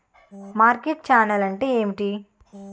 Market channel అంటే ఏమిటి?